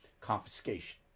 Confiscation